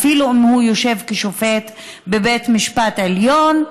אפילו אם הוא יושב כשופט בבית משפט עליון.